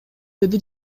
деди